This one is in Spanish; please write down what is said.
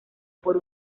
por